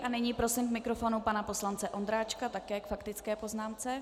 A nyní prosím k mikrofonu pana poslance Ondráčka, také k faktické poznámce.